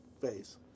phase